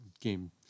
game